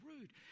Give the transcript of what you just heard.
rude